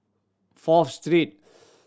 Fourth Street